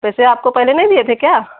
पेसे आपको पहले नहीं दिए थे क्या